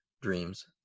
dreams